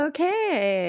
Okay